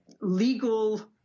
legal